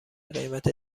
قیمت